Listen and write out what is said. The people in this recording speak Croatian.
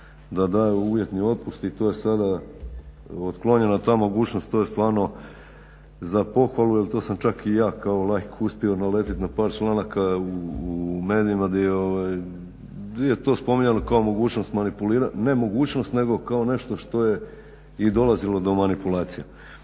da daje uvjetni otpust i to je sada otklonjena ta mogućnost. To je stvarno za pohvalu jer to sam čak i ja kao laik uspio naletiti na par članaka u medijima di je to spominjano kao mogućnost manipuliranja, ne mogućnost nego kao nešto što je i dolazilo do manipulacija.